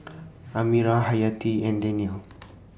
Amirah Hayati and Danial